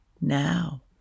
now